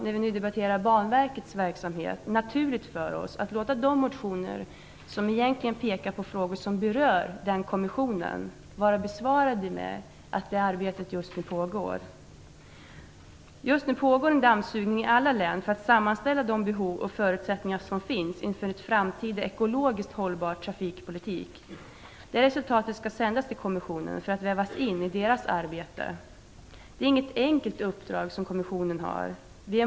När vi nu debatterar Banverkets verksamhet blir det också naturligt för oss att anse de motioner som egentligen avser frågor som berör den kommissionen vara besvarade i och med att ett sådant arbete just nu pågår. Just nu pågår en dammsugning i alla län för att sammanställa de behov och förutsättningar som finns inför en framtida ekologiskt hållbar trafikpolitik. Resultatet skall sändas till kommissionen för att vävas in i dess arbete. Kommissionen har inte fått ett enkelt uppdrag.